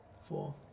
Four